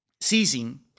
seizing